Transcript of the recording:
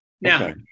Now